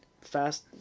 fast